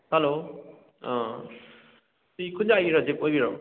hello ꯁꯤ ꯈꯨꯟꯌꯥꯏꯒꯤ ꯔꯖꯤꯕ ꯑꯣꯏꯕꯤꯔꯕꯣ